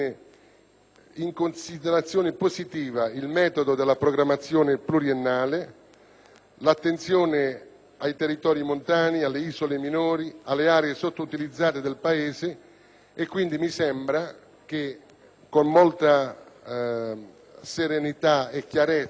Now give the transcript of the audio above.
in considerazione positiva il metodo della programmazione pluriennale, l'attenzione ai territori montani, alle isole minori, alle aree sottoutilizzate del Paese e quindi mi sembra che con molta serenità e chiarezza